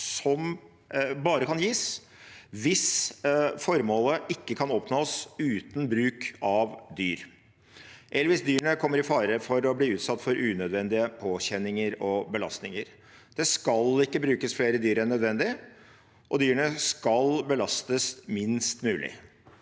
ikke kan gis hvis formålet kan oppnås uten bruk av dyr, eller hvis dyrene kommer i fare for å bli utsatt for unødige påkjenninger og belastninger. Det skal ikke brukes flere dyr enn nødvendig, og dyrene skal belastes minst mulig.